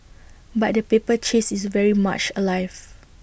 but the paper chase is very much alive